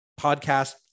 podcast